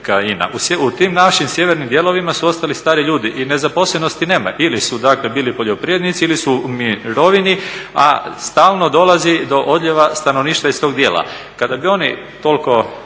U tim našim sjevernim dijelovima su ostali stari ljudi i nezaposlenosti nema ili su dakle poljoprivrednici ili su u mirovini, a stalno dolazi do odljeva stanovništva iz tog dijela. Kada bi oni toliko